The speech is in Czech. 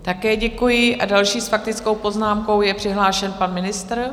Také děkuji a další s faktickou poznámkou je přihlášen pan ministr.